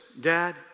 dad